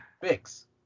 Fix